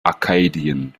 akkadian